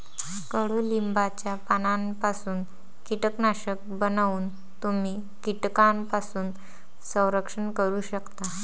कडुलिंबाच्या पानांपासून कीटकनाशक बनवून तुम्ही कीटकांपासून संरक्षण करू शकता